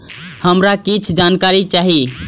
हमरा कीछ जानकारी चाही